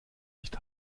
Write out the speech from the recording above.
nicht